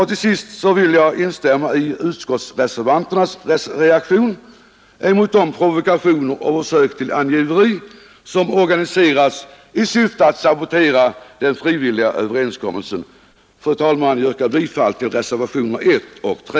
Till sist vill jag instämma i utskottsreservanternas reaktion mot de provokationer och försök till angiveri som organiserats i syfte att sabotera den frivilliga överenskommelsen. Fru talman! Jag yrkar bifall till reservationerna 1 och 3.